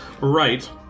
right